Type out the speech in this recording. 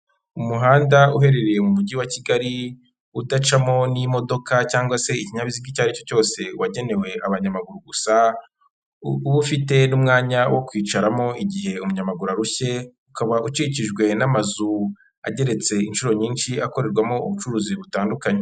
Umuhanda uherereye mu mujyi wa Kigali, udacamo n'imodoka cyangwa se ikinyabiziga icyo ari cyo cyose wagenewe abanyamaguru gusa, uba ufite n'umwanya wo kwicaramo igihe umunyamaguru arushye, ukaba ukikijwe n'amazu ageretse inshuro nyinshi akorerwamo ubucuruzi butandukanye.